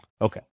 Okay